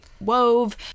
wove